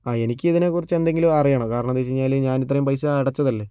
ആ എനിക്കിതിനെക്കുറിച്ച് എന്തെങ്കിലും അറിയണം കാരണം എന്താണെന്ന് വെച്ച് കഴിഞ്ഞാൽ ഞാൻ ഇത്രയും പൈസ അടച്ചതല്ലേ